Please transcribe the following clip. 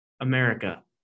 America